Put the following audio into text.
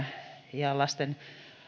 ja lasten